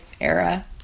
era